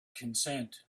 consent